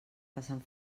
passant